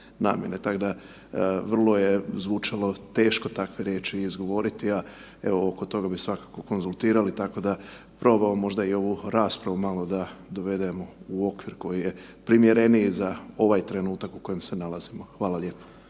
namjene, tak da vrlo je zvučalo teško takve riječi i izgovoriti, a evo oko toga bi svakako konzultirali, tako da probamo možda i ovu raspravu malo da dovedemo u okvir koji je primjereniji za ovaj trenutak u kojem se nalazimo. Hvala lijepo.